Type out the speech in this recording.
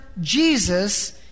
Jesus